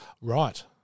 Right